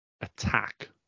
attack